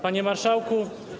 Panie Marszałku!